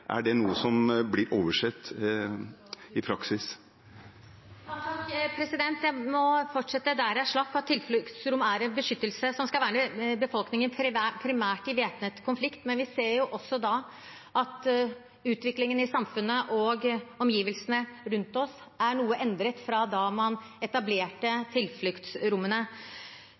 noe som blir oversett i praksis? Jeg må fortsette der jeg slapp: Tilfluktsrom er en beskyttelse som skal verne befolkningen primært i væpnet konflikt, men vi ser også at utviklingen i samfunnet og omgivelsene rundt oss er noe endret fra da man etablerte tilfluktsrommene.